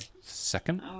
second